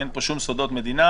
אין פה שום סודות מדינה,